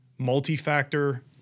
multi-factor